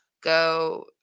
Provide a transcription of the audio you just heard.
go